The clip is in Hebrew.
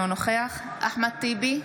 אינו נוכח אחמד טיבי,